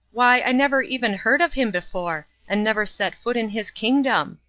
why, i never even heard of him before, and never set foot in his kingdom!